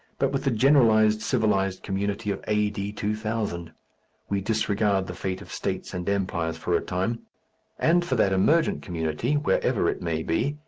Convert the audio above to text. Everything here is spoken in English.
but with the generalized civilized community of a d. two thousand we disregard the fate of states and empires for a time and, for that emergent community, wherever it may be,